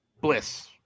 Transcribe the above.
Bliss